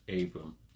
Abram